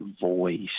voice